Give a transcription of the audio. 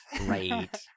Right